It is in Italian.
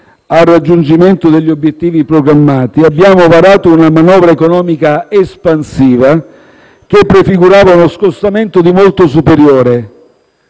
al raggiungimento degli obiettivi programmati, abbiamo varato una manovra economica espansiva che prefigurava uno scostamento di molto superiore.